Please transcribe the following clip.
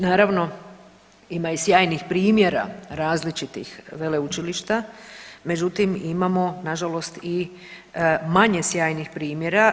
Naravno ima i sjajnih primjera različitih veleučilišta, međutim imamo nažalost i manje sjajnih primjera.